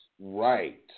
Right